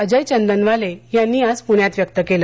अजय चंदनवाले यांनी आज पुण्यात व्यक्त केलं